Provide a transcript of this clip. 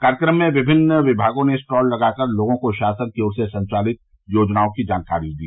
कार्यक्रम में विभिन्न विभागों ने स्टॉल लगाकर लोगों को शासन की ओर से संचालित योजनाओं की जानकारी दी